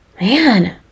man